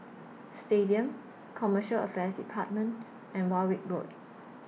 Stadium Commercial Affairs department and Warwick Road